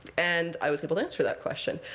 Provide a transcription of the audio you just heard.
and i was able to answer that question.